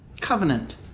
Covenant